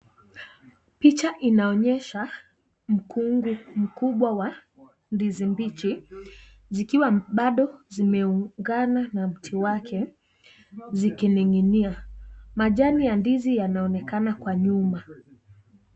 Picha inaonyesha mkungu mkubwa wa ndizi mbichi zikiwa bado zimeungana na mti wake zikininginia majani ya ndizi yanaonekana kwa nyuma.